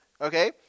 okay